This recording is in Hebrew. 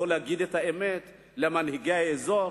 לא לומר את האמת למנהיגי האזור,